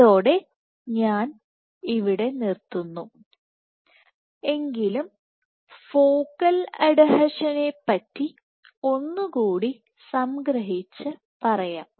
അതോടെ ഞാൻ ഇവിടെ നിർത്തുന്നു എങ്കിലും ഫോക്കൽ അഡ്ഹീഷനനെ പറ്റി ഒന്നുകൂടി സംഗ്രഹിച്ച് പറയാം